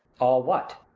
all what?